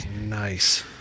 Nice